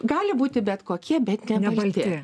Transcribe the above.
gali būti bet kokie bet ne ne balti